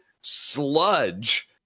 sludge